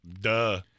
duh